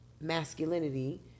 masculinity